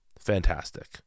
Fantastic